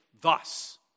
thus